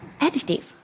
additive